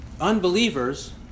unbelievers